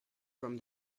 from